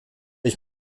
ich